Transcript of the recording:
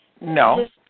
No